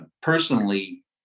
personally